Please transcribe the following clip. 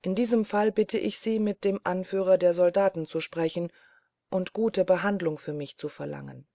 in diesem fall bitte ich sie mit dem anführer der soldaten zu sprechen und gute behandlung für mich zu verlangen